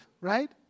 right